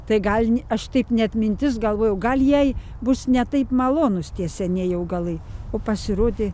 tai gal aš taip net mintis galvojau gal jai bus ne taip malonūs tie senieji augalai o pasirodė